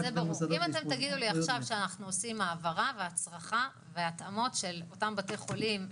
אז שיפחיתו מחובת התשלום עבור המחלקות שהפכו להיות מחלקות